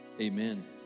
amen